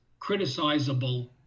criticizable